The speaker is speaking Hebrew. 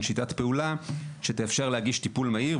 שיטת פעולה שתאפשר להגיש טיפול מהיר,